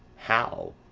how?